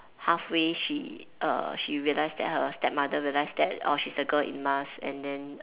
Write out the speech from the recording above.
halfway she err she realised that her stepmother realised that oh she's the girl in mask and then